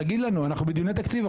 תגיד לנו, אנחנו עכשיו בדיוני תקציב.